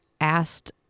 asked